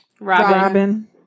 Robin